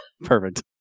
perfect